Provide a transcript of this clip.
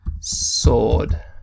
sword